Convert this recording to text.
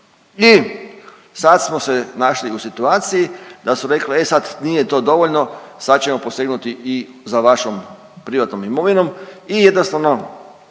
I sad smo se našli u situaciji da su rekle, e sad nije to dovoljno sad ćemo posegnuti i za vašom privatnom imovinom i jednostavno